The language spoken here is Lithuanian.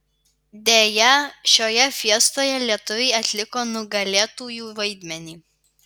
deja šioje fiestoje lietuviai atliko nugalėtųjų vaidmenį